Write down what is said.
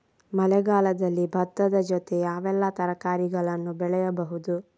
ಮಳೆಗಾಲದಲ್ಲಿ ಭತ್ತದ ಜೊತೆ ಯಾವೆಲ್ಲಾ ತರಕಾರಿಗಳನ್ನು ಬೆಳೆಯಬಹುದು?